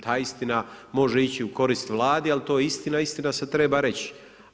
Ta istina može ići u korist Vladi, ali to je istina i istina se treba reći.